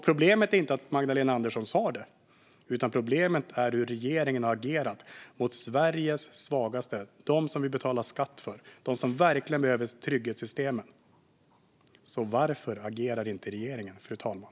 Problemet är inte att Magdalena Andersson sa det. Problemet är hur regeringen har agerat mot Sveriges svagaste. Det är de som vi betalar skatt för, de som verkligen behöver trygghetssystemen. Varför agerar inte regeringen, fru talman?